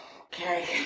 Okay